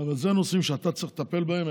אבל אלה נושאים שאתה צריך לטפל בהם.